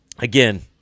Again